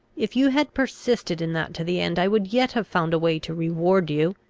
if you had persisted in that to the end, i would yet have found a way to reward you.